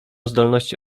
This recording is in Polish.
zdolności